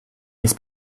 has